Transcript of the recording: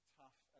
tough